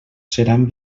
seran